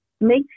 Make